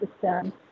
system